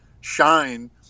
shine